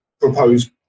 propose